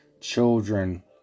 children